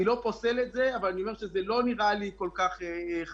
אני לא פוסל את זה, אבל זה לא נראה לי כל כך חלק.